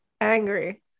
angry